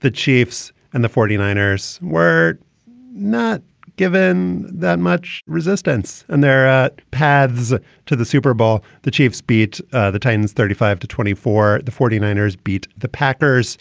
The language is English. the chiefs and the forty nine ers were not given that much resistance. and their paths to the super bowl. the chiefs beat ah the titans thirty five to twenty four. the forty nine ers beat the packers